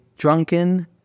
Drunken